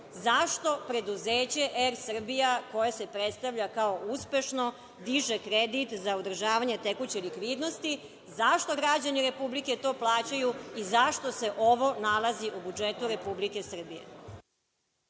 Zašto preduzeće Er Srbija, koje se predstavlja kao uspešno, diže kredit za održavanje tekuće likvidnosti? Zašto građani Republike to plaćaju i zašto se ovo nalazi u budžetu Republike Srbije?